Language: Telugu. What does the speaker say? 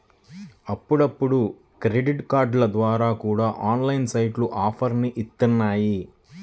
అప్పుడప్పుడు క్రెడిట్ కార్డుల ద్వారా కూడా ఆన్లైన్ సైట్లు ఆఫర్లని ఇత్తన్నాయి